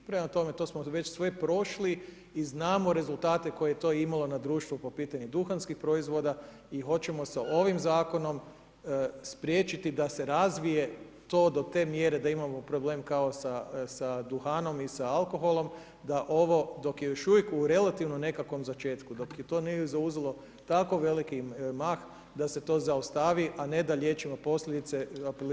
Prema tome, to smo već sve prošli i znamo rezultate koje je to imalo na društvo po pitanju duhanskih proizvoda i hoćemo sa ovim zakonom spriječiti da se razvije to do te mjere da imamo problem kao sa duhanom i sa alkoholom da ovo dok je još uvijek u relativnom nekakvom začetku, dok to nije zauzelo tako veliki mah da se to zaustavi, a ne da liječimo posljedice i apeliram na prevenciju.